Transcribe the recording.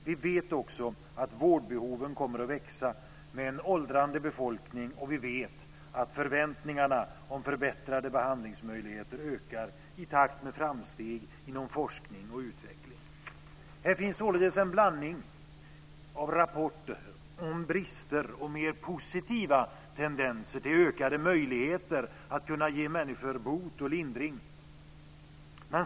Vi vet också att vårdbehoven kommer att växa med en åldrande befolkning, och vi vet att förväntningarna om förbättrade behandlingsmöjligheter ökar i takt med framsteg inom forskning och utveckling. Här finns således en blandning av rapporter om brister och mer positiva tendenser till ökade möjligheter att kunna ge människor bot och lindring.